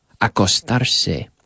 Acostarse